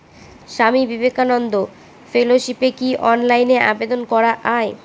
স্বামী বিবেকানন্দ ফেলোশিপে কি অনলাইনে আবেদন করা য়ায়?